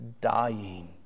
dying